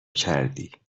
کردی